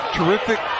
Terrific